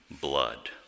blood